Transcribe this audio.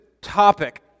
topic